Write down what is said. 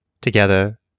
together